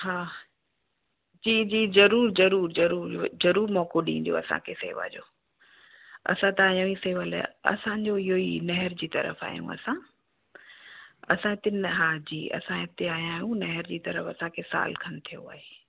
हा जी जी जरुर ज़रूर ज़रूर ज़रूर मौक़ो ॾीजो असांखे शेवा जो असां तव्हांजो ई शेवा लाइ असांजो इयो ई नहर जी तरफ़ आहियूं असां असां हिते हा जी असां हिते आया आहियूं नेहर जी तरफ़ असांखे साल खनि थियो आहे